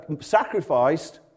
sacrificed